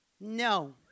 No